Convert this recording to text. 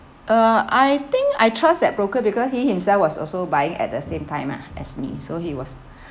uh I think I trust that broker because he himself was also buying at the same time ah as me so he was